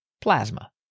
Plasma